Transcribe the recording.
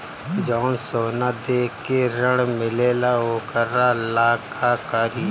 जवन सोना दे के ऋण मिलेला वोकरा ला का करी?